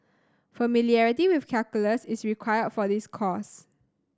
familiarity with calculus is required for this course